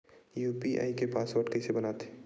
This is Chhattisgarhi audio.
यू.पी.आई के पासवर्ड कइसे बनाथे?